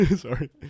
Sorry